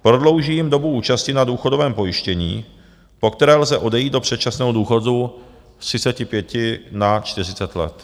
Prodlouží jim dobu účasti na důchodovém pojištění, po které lze odejít do předčasného důchodu, z 35 na 40 let.